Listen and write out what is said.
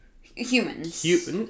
humans